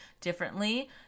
differently